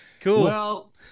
Cool